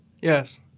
Yes